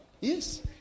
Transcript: Yes